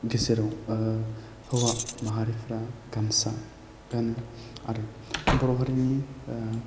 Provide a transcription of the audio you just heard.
गेजेराव हौवा माहारिफ्रा गामसा गानो आरो बर' हारिनि